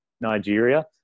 Nigeria